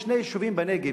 יש שני יישובים בנגב,